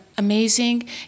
Amazing